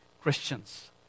Christians